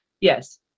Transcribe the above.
yes